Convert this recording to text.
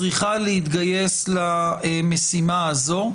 צריכים להתגייס למשימה הזאת,